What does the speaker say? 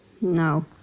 No